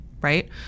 right